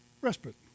respite